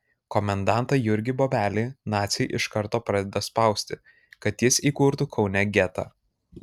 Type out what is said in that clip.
komendantą jurgį bobelį naciai iš karto pradeda spausti kad jis įkurtų kaune getą